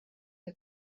que